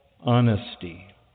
honesty